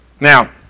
Now